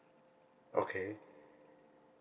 okay